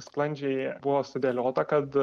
sklandžiai buvo sudėliota kad